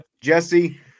Jesse